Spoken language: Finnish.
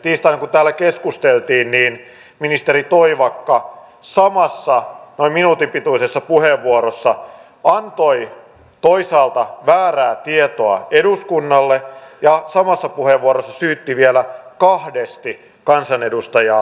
tiistaina kun täällä keskusteltiin ministeri toivakka samassa noin minuutin pituisessa puheenvuorossa antoi toisaalta väärää tietoa eduskunnalle ja samassa puheenvuorossa syytti vielä kahdesti kansanedustajaa valehtelusta